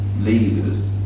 leaders